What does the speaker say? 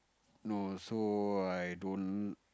no so I don't